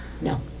No